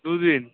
দু দিন